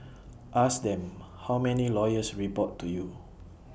ask them how many lawyers report to you